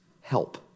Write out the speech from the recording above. help